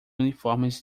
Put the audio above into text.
uniformes